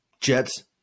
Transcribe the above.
Jets –